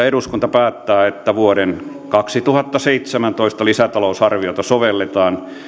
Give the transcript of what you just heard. eduskunta päättää että vuoden kaksituhattaseitsemäntoista lisätalousarviota sovelletaan